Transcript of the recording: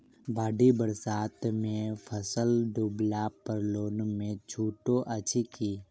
बाढ़ि बरसातमे फसल डुबला पर लोनमे छुटो अछि की